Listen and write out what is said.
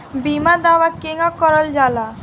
बीमा दावा केगा करल जाला?